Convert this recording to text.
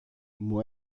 μου